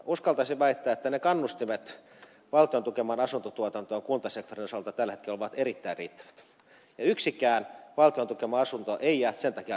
uskaltaisin väittää että ne kannustimet valtion tukemaan asuntotuotantoon kuntasektorin osalta tällä hetkellä ovat erittäin riittävät ja yksikään valtion tukema asunto ei jää sen takia rakentamatta